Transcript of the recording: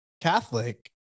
Catholic